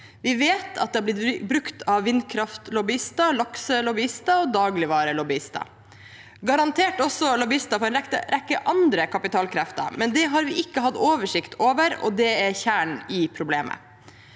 Vi vet at det har blitt brukt av vindkraftlobbyister, lakselobbyister og dagligvarelobbyister. Det har garantert også blitt brukt av lobbyister for en rekke andre kapitalkrefter, men det har vi ikke hatt oversikt over, og det er kjernen i problemet.